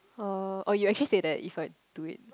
oh oh you actually say that if I do it